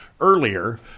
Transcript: Earlier